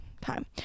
time